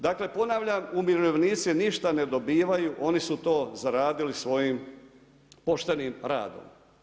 Dakle ponavljam umirovljenici ništa ne dobivaju, oni su to zaradili svojim poštenim radom.